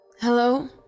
Hello